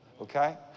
Okay